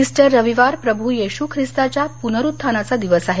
Easter रविवार प्रभू येशू खिस्ताच्या पुनरुत्थानाचा दिवस आहे